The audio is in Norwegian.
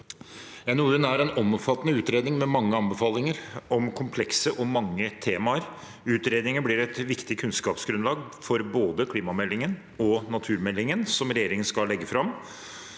er en omfattende utredning med mange anbefalinger om mange og komplekse temaer. Utredningen blir et viktig kunnskapsgrunnlag for både klimameldingen og naturmeldingen regjeringen skal legge fram.